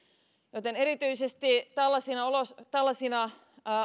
erityisesti tällaisina